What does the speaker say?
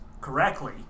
correctly